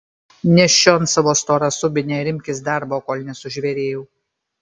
nešk čion savo storą subinę ir imkis darbo kol nesužvėrėjau